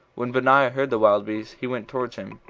when benaiah heard the wild beast, he went towards him,